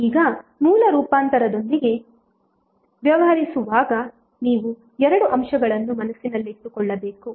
ಈಗ ಮೂಲ ರೂಪಾಂತರದೊಂದಿಗೆ ವ್ಯವಹರಿಸುವಾಗ ನೀವು ಎರಡು ಅಂಶಗಳನ್ನು ಮನಸ್ಸಿನಲ್ಲಿಟ್ಟುಕೊಳ್ಳಬೇಕು